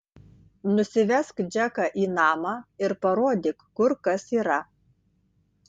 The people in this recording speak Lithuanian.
nusivesk džeką į namą ir parodyk kur kas yra